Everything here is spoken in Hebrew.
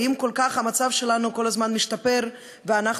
ואם המצב שלנו כל כך משתפר כל הזמן ואנחנו